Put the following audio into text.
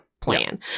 plan